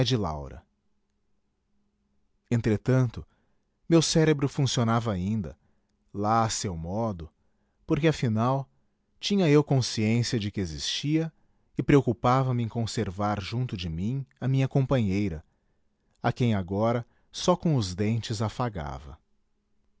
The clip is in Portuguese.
laura entretanto meu cérebro funcionava ainda lá a seu modo porque afinal tinha eu consciência de que existia e preocupava me em conservar junto de mim a minha companheira a quem agora só com os dentes afagava